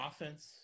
offense